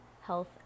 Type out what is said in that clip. health